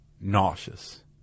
nauseous